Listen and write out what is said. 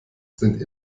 sind